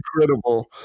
incredible